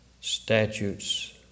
statutes